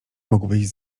mógłbyś